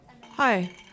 Hi